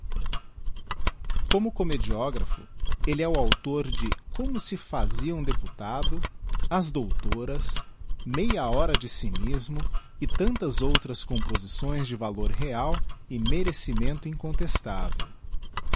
como comediographo elle é o auctor de como se faaia um rfeputado as doutoras meia hora de cynismo e tantas outras composições de valor real e merecimento incontestável